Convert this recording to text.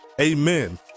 amen